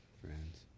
Friends